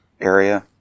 area